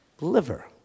Liver